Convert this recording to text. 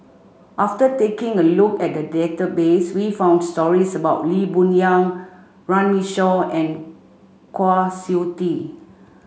after taking a look at the database we found stories about Lee Boon Wang Runme Shaw and Kwa Siew Tee